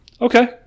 Okay